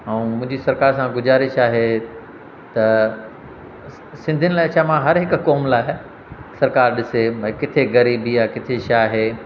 ऐं मुंहिंजी सरकार सां गुज़ारिश आहे त सिंधियुनि लाइ छा मां हरहिक क़ौम लाइ सरकार ॾिसे भाई किथे ग़रीबी आहे किथे छा आहे